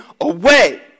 away